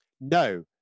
no